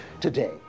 Today